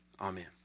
Amen